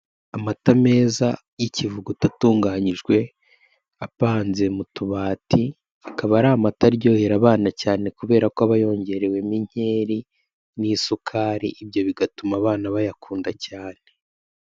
Amata meza y'ikivuguto atunganyijwe apanze mu tubati, akaba ari amata aryohera abana cyane kubera ko aba yongerewemo inkeri n'isukari ibyo bigatuma abana bayakunda cyane.